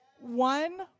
one